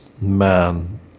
man